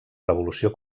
revolució